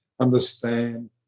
Understand